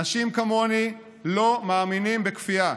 אנשים כמוני לא מאמינים בכפייה,